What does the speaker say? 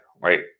right